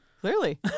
clearly